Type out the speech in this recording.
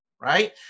right